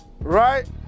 Right